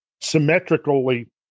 symmetrically